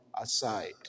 aside